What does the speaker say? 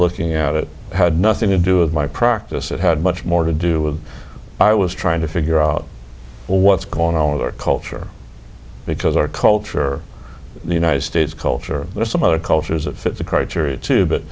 looking at it had nothing to do with my practice it had much more to do with i was trying to figure out what's going on with our culture because our culture the united states culture or some other cultures that fit the criteria too but